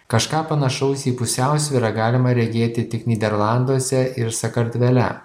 kažką panašaus į pusiausvyrą galima regėti tik nyderlanduose ir sakartvele